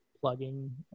plugging